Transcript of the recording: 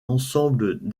ensemble